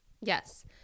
Yes